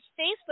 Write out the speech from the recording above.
Facebook